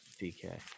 DK